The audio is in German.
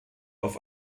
auf